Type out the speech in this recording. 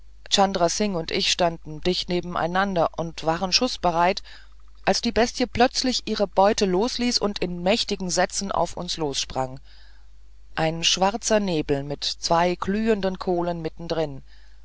singh und ich standen dicht nebeneinander und waren schußbereit als die bestie plötzlich ihre beute losließ und in mächtigen sätzen auf uns lossprang ein schwarzer nebel mit zwei glühenden kohlen